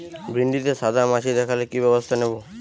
ভিন্ডিতে সাদা মাছি দেখালে কি ব্যবস্থা নেবো?